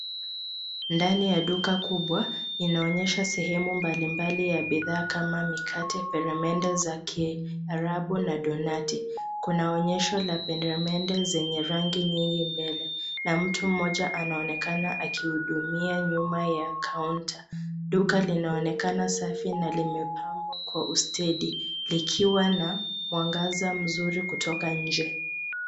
Ndani ya duka kubwa inaonyesha sehemu mbalimbali ya bidhaa kama mikate, peremende za kiarabu na donati . Kuna onyesho la peremende zenye rangi nyingi mbele na mtu mmoja anaonekana akihudumia nyuma ya kaunta. Duka linaonekana safi na limepambwa kwa ustedi likiwa na mwangaza mzuri kutoka nje.